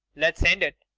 let's end it.